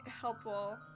helpful